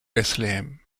bethlehem